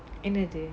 என்னது:ennathu